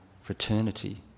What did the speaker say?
fraternity